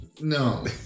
No